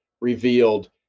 revealed